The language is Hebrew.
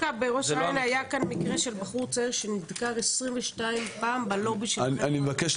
דווקא בראש העין היה מקרה של בחור שנדקר 22 פעם בלובי של